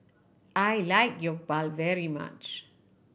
I like Jokbal very much